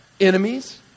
enemies